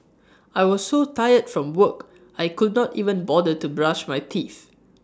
I was so tired from work I could not even bother to brush my teeth